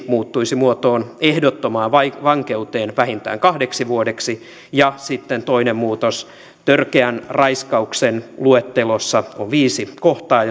muuttuisi muotoon ehdottomaan vankeuteen vähintään kahdeksi vuodeksi ja sitten toinen muutos törkeän raiskauksen luettelossa on viisi kohtaa